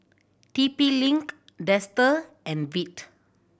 T P Link Dester and Veet